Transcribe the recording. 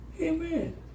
amen